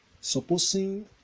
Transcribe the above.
Supposing